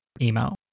email